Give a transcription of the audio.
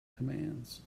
commands